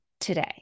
today